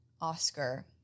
Oscar